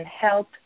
help